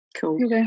Cool